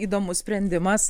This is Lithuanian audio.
įdomus sprendimas